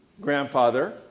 grandfather